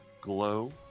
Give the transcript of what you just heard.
glow